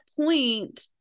point